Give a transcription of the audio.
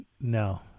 no